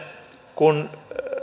kun